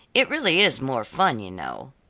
it really is more fun, you know.